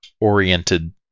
oriented